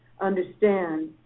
understand